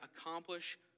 accomplish